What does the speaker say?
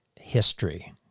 history